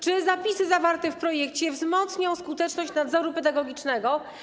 Czy zapisy zawarte w projekcie wzmocnią skuteczność nadzoru pedagogicznego?